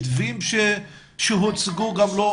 מתווים שהוצגו גם לא מומשו.